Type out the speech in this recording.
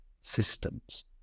systems